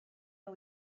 nhw